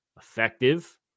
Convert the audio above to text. effective